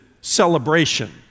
celebration